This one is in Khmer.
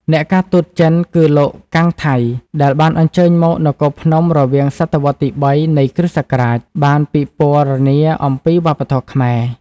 អ្នកការទូតចិន គឺលោក កាំង ថៃ ដែលបានអញ្ជើញមកនគរភ្នំរវាងសតវត្សរ៍ទី៣ នៃគ្រិស្តសករាជ បានពិពណ៌នាអំពីវប្បធម៌ខ្មែរ។